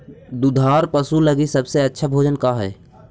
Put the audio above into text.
दुधार पशु लगीं सबसे अच्छा भोजन का हई?